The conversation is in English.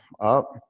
Up